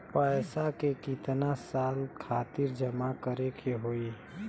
पैसा के कितना साल खातिर जमा करे के होइ?